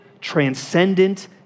transcendent